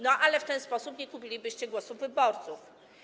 No ale w ten sposób nie kupilibyście głosu wyborców.